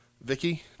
Vicky